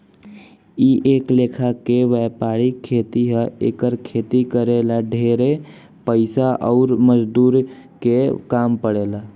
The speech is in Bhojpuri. इ एक लेखा के वायपरिक खेती ह एकर खेती करे ला ढेरे पइसा अउर मजदूर के काम पड़ेला